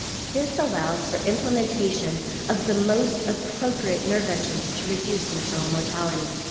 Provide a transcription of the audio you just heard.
this allows for implementation of the most appropriate interventions to reduce maternal mortality.